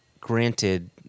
Granted